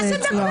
מה זה דקה?